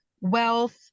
wealth